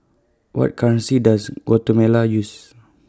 What currency Does Guatemala use